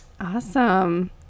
Awesome